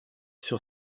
sur